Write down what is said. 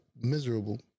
miserable